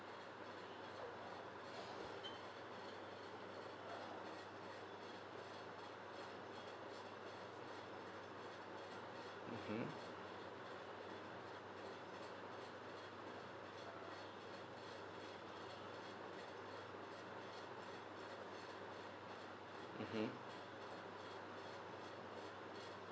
mmhmm mmhmm